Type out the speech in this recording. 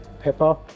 pepper